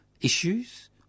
Issues